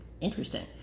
Interesting